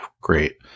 Great